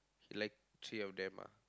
he like three of them ah